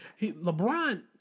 LeBron